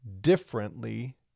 differently